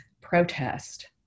protest